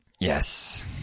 Yes